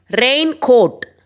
raincoat